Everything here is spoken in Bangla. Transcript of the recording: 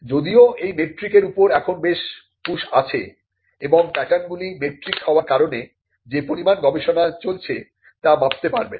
যদিও এই মেট্রিক এর উপর এখন বেশ পুশ আছে এবং প্যাটার্ন গুলি মেট্রিক হবার কারণে যে পরিমাণ গবেষণা চলছে তা মাপতে পারবেন